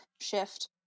shift